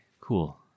cool